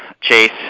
Chase